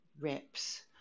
reps